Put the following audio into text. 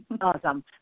Awesome